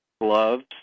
gloves